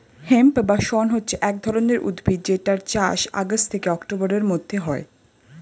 hemp বা শণ হচ্ছে এক ধরণের উদ্ভিদ যেটার চাষ আগস্ট থেকে অক্টোবরের মধ্যে হয়